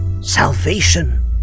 Salvation